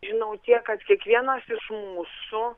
žinau tiek kad kiekvienas iš mūsų